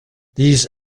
these